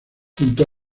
junto